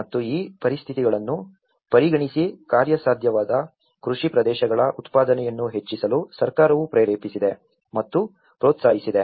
ಮತ್ತು ಈ ಪರಿಸ್ಥಿತಿಗಳನ್ನು ಪರಿಗಣಿಸಿ ಕಾರ್ಯಸಾಧ್ಯವಾದ ಕೃಷಿ ಪ್ರದೇಶಗಳ ಉತ್ಪಾದನೆಯನ್ನು ಹೆಚ್ಚಿಸಲು ಸರ್ಕಾರವು ಪ್ರೇರೇಪಿಸಿದೆ ಮತ್ತು ಪ್ರೋತ್ಸಾಹಿಸಿದೆ